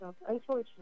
unfortunately